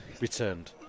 returned